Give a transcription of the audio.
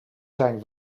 zijn